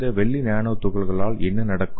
இந்த வெள்ளி நானோ துகள்களால் என்ன நடக்கும்